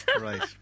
Right